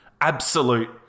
Absolute